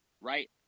right